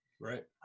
Right